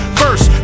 first